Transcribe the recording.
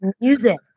music